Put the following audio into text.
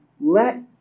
let